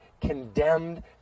condemned